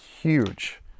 huge